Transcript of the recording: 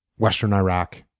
western iraq,